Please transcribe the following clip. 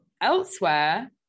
elsewhere